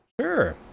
Sure